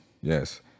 yes